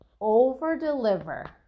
over-deliver